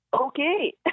okay